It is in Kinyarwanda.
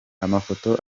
amafoto